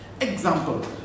Example